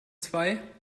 zwei